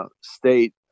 state